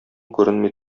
күренми